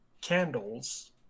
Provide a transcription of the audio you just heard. candles